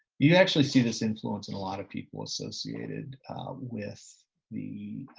you actually see this influence in a lot of people associated with the,